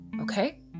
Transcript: okay